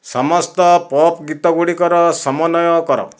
ସମସ୍ତ ପପ୍ ଗୀତ ଗୁଡିକର ସମନ୍ୱୟ କର